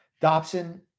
Dobson